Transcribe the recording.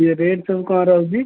rate ସବୁ କଣ ରହୁଛି